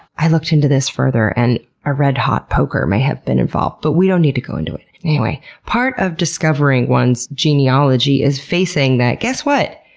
i looked into this further and a red-hot poker may have been involved. but we don't need to go into it. anyway, part of discovering one's genealogy is facing that, guess what?